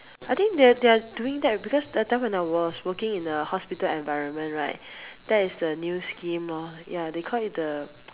I think they're they're doing that because that time when I was working in a hospital environment right that is the new scheme loh ya they called it the